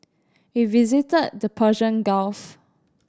we visited the Persian Gulf